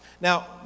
Now